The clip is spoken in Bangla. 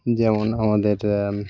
যেমন আমাদের